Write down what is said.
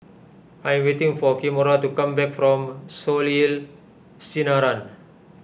I am waiting for Kimora to come back from Soleil Sinaran